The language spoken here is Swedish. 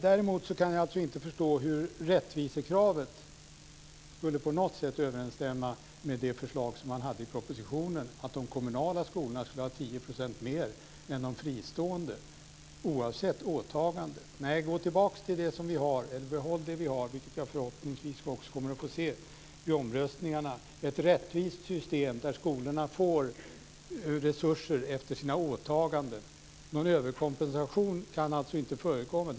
Däremot kan jag inte förstå hur rättvisekravet på något sätt skulle överensstämma med propositionens förslag att de kommunala skolorna skulle ha 10 % mer än de fristående oavsett åtagande. Nej, behåll det som vi har! Jag hoppas att vi vid omröstningarna kommer att få ett rättvist system, där skolorna får resurser i enlighet med sina åtaganden. Någon överkompensation kan inte förekomma.